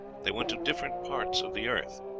they went to different parts of the earth.